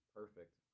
perfect